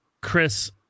Chris